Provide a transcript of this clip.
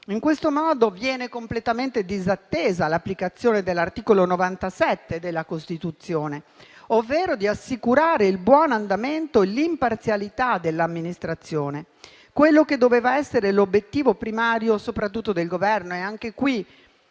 In questo modo viene completamente disattesa l'applicazione dell'articolo 97 della Costituzione, che vuole siano assicurati il «buon andamento e l'imparzialità della pubblica amministrazione», che devono essere l'obiettivo primario, soprattutto del Governo. Anche qui